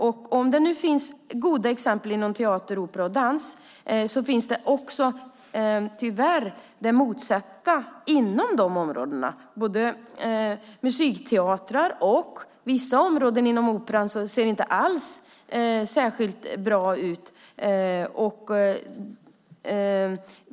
Om det nu finns goda exempel inom teater, opera och dans finns det tyvärr också det motsatta inom de områdena. Både inom musikteatrar och vissa områden inom operan ser det inte alls särskilt bra ut.